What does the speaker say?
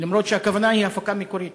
למרות שהכוונה היא הפקה מקורית.